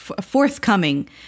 forthcoming